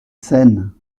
scène